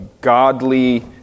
godly